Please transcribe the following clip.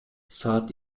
саат